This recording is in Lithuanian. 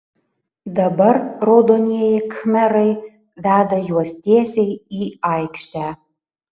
dabar raudonieji khmerai veda juos tiesiai į aikštę